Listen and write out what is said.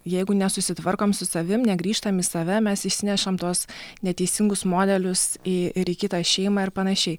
jeigu nesusitvarkom su savim negrįžtam į save mes išsinešam tuos neteisingus modelius į ir į kitą šeimą ir panašiai